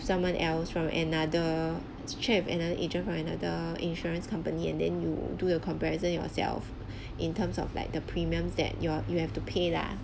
someone else from another chap another agent from another insurance company and then you do your comparison yourself in terms of like the premiums that ya you have to pay lah